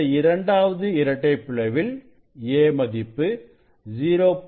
இந்த இரண்டாவது இரட்டை பிளவில் a மதிப்பு 0